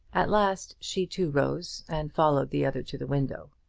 at last she too rose and followed the other to the window.